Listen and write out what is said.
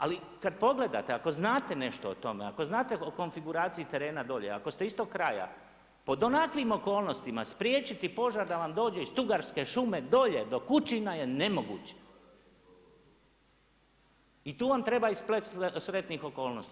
Ali kada pogledate, ako znate nešto o tome, ako znate o konfiguraciji terena dolje, ako ste iz tog kraja, pod onakvim okolnostima spriječiti požar da vam dođe iz Tugarske šume dolje do Kućina je nemoguće i tu vam treba i splet sretnih okolnosti.